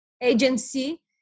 agency